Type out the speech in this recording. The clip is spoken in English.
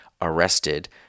arrested